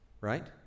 right